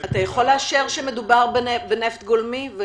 יכול לאשר שמדובר בנפט גולמי?